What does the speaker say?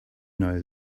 know